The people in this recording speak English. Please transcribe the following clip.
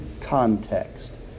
context